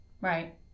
right